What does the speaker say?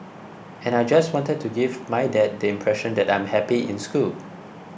and I just wanted to give my dad the impression that I'm happy in school